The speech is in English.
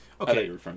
Okay